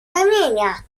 ramienia